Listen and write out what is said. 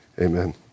amen